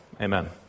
Amen